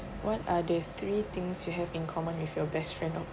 what are the three things you have in common with your best friend or